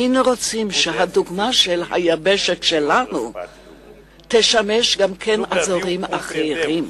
היינו רוצים שהדוגמה של היבשת שלנו תשמש גם אזורים אחרים.